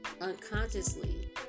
unconsciously